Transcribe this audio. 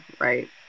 right